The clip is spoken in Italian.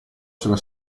sulla